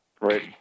Right